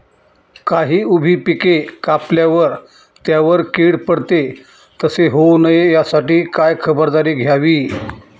काही उभी पिके कापल्यावर त्यावर कीड पडते, तसे होऊ नये यासाठी काय खबरदारी घ्यावी?